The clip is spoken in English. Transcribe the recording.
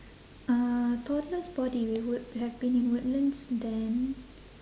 uh toddler's body we would have been in woodlands then